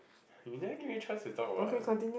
you never give me chance to talk what